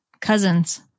cousins